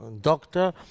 doctor